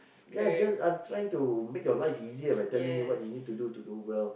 ya just I'm trying to make your life easier by telling you what you need to do to do well